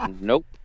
Nope